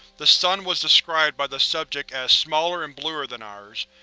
the sun was described by the subject as smaller and bluer than ours.